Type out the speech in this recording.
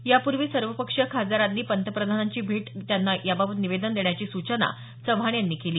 यापूर्वी सर्वपक्षीय खासदारांनी पंतप्रधानांची भेट घेऊन त्यांना याबाबत निवेदन देण्याची सूचना चव्हाण यांनी केली